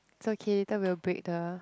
so can you tell the break the